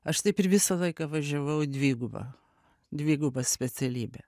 aš taip ir visą laiką važiavau dviguba dviguba specialybe